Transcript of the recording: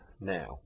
now